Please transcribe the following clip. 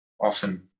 often